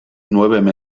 nueve